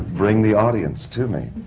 bring the audience to me.